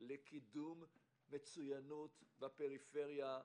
לקידום מצוינות בפריפריה.